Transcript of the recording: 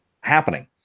happening